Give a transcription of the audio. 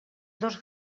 dos